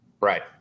Right